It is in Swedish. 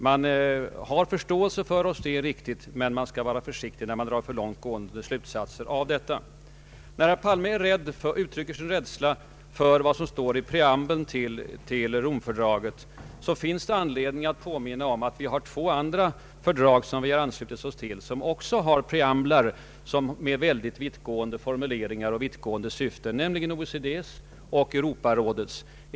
Vi bör alltså vara försiktiga innan vi drar för långt gående slutsatser av dagens mera nyanserade bedömning av vår utrikespolitik. När herr Palme uttrycker sin rädsla för vad som står i preambeln till Romfördraget, finns det anledning att påminna om att vi har två andra fördrag som vi anslutit oss till och som också har preamblar med mycket vittgående formuleringar och syften, nämligen OECD:s och Europarådets.